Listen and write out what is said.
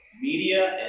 media